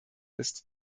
ist